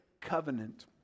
covenant